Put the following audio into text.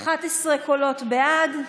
קולות בעד,